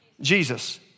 Jesus